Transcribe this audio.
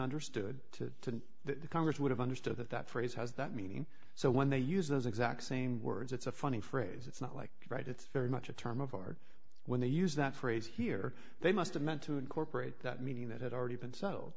understood to the congress would have understood that that phrase has that meaning so when they use those exact same words it's a funny phrase it's not like right it's very much a term of art when they use that phrase here they must have meant to incorporate that meaning that had already been settled